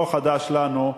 לא חדש לנו.